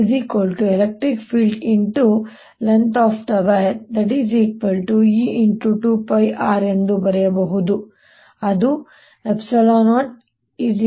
2πr ಎಂದೂ ಬರೆಯಬಹುದು ಅದು ϵ12πrdBdt